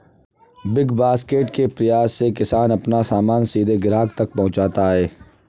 big Basket के प्रयास से किसान अपना सामान सीधे ग्राहक तक पहुंचाता है